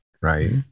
Right